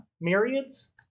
Myriads